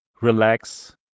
relax